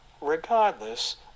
Regardless